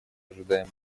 ожидаем